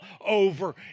over